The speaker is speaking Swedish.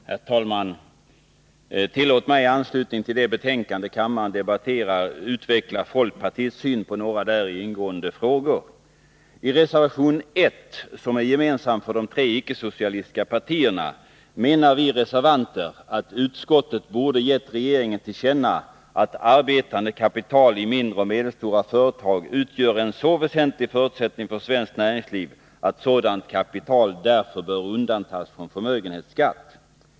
Herr talman! Tillåt mig i anslutning till det betänkande kammaren debatterar utveckla folkpartiets syn på några däri ingående frågor. I reservation 1 — som är gemensam för de tre icke-socialistiska partierna — menar vi reservanter att utskottet borde ha gett regeringen till känna att arbetande kapital i mindre och medelstora företag utgör en så väsentlig förutsättning för svenskt näringsliv att sådant kapital därför bör undantas från förmögenhetsskatt.